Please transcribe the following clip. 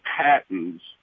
patents